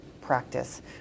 practice